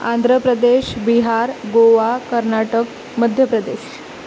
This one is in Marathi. आंध्र प्रदेश बिहार गोवा कर्नाटक मध्य प्रदेश